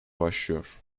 başlıyor